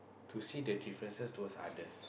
to see the differences towards others